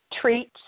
treats